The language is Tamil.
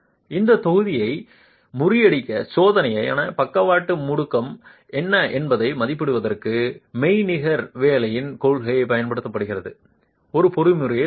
அந்தத் தொகுதியை முறியடிக்க தேவையான பக்கவாட்டு முடுக்கம் என்ன என்பதை மதிப்பிடுவதற்கு மெய்நிகர் வேலையின் கொள்கை பயன்படுத்தப்படுகிறது ஒரு பொறிமுறையை உருவாக்க